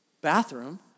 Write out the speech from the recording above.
bathroom